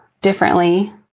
differently